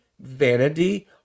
vanity